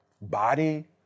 body